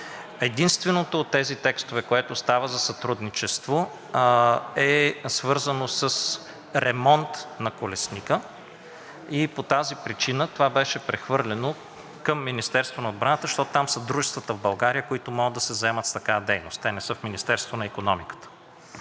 Единственото от тези текстове, което става за сътрудничество, е свързано с ремонт на колесника и по тази причина това беше прехвърлено към Министерството на отбраната, защото там са дружествата в България, които могат да се заемат с такава дейност. Те не са в Министерството на икономиката.